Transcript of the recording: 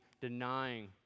denying